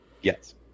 Yes